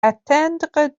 atteindre